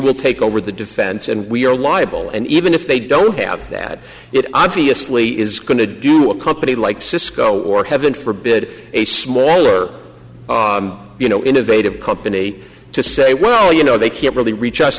will take over the defense and we're liable and even if they don't have that it obviously is going to do a company like cisco or heaven forbid a smaller you know innovative company to say well you know they can't really reach us